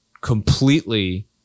completely